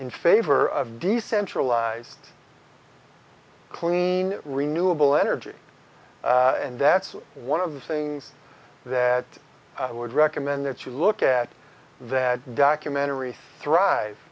in favor of decentralized clean renewable energy and that's one of the things that i would recommend that you look at the documentary thrive